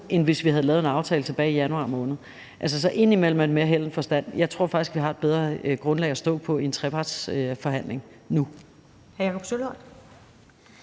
end hvis vi havde lavet en aftale tilbage i januar måned; så indimellem er det altså mere held end forstand. Jeg tror faktisk, at vi har et bedre grundlag at stå på i en trepartsforhandling nu.